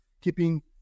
keeping